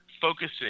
focusing